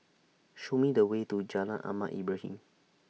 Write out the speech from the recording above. Show Me The Way to Jalan Ahmad Ibrahim